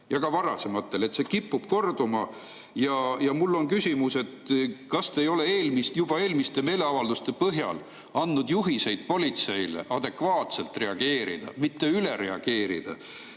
ja ka varasematel, see kipub korduma. Ja mul on küsimus. Kas te ei ole eelmiste meeleavalduste põhjal andnud juhiseid politseile, kuidas adekvaatselt reageerida, mitte üle reageerida?